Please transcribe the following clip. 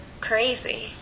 crazy